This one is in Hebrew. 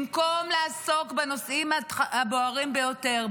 במקום לעסוק בנושאים הבוערים ביותר,